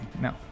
No